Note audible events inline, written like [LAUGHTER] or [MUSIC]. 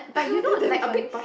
[LAUGHS] !wah! they damn funny